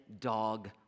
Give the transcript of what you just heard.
dog